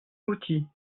outil